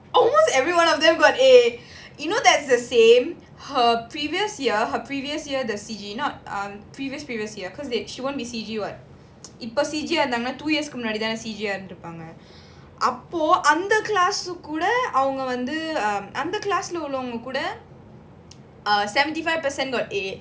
almost every one of them got a you know that's the same her previous year her previous year the C_G not err previous previous year cause they she won't be C_G [what] இப்போ:ipo two years முன்னாடிதான்இருந்துருப்பாங்கஅப்போ:munnadithan irunthurupanga apo under class கூடஅவங்கவந்து:kooda avanga vandhu under class உள்ளவங்ககூட:ullavanga kooda err seventy five percent got a